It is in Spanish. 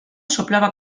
soplaba